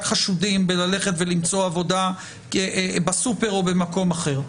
חשודים ללכת ולמצוא עבודה בסופר או במקום אחר.